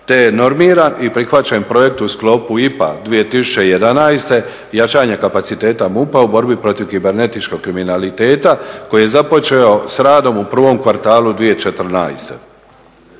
te normira i prihvaća … projekt u sklopu IPA 2011., jačanje kapaciteta MUP-a u borbi protiv kibernetičkog kriminaliteta koji je započeo s radom u prvom kvartalu 2014.